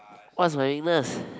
what's my weakness